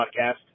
podcast